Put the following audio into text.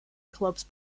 clubs